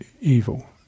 evil